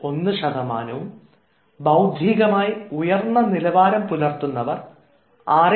1 ശതമാനവും ബൌദ്ധികമായി ഉയർന്ന നിലവാരം പുലർത്തുന്നവർ 6